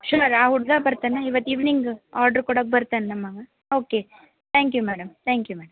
sure ಆ ಹುಡುಗ ಬರ್ತಾನೆ ಇವತ್ತು ಇವ್ನಿಂಗ್ ಆರ್ಡ್ರ್ ಕೊಡಕ್ಕೆ ಬರ್ತಾನೆ ನಮ್ಮವ okay thank you madam thank you madam